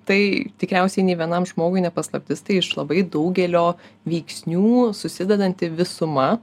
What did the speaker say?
tai tikriausiai nė vienam žmogui ne paslaptis tai iš labai daugelio veiksnių susidedanti visuma